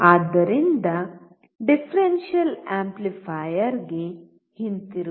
ಆದ್ದರಿಂದ ಡಿಫರೆನ್ಷಿಯಲ್ ಆಂಪ್ಲಿಫೈಯರ್ಗೆ ಹಿಂತಿರುಗಿ